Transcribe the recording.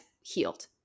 healed